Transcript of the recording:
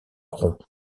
rompt